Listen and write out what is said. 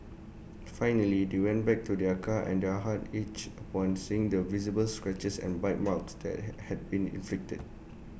finally they went back to their car and their hearts ached upon seeing the visible scratches and bite marks that had had been inflicted